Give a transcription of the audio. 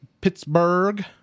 Pittsburgh